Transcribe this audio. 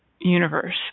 universe